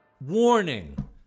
Warning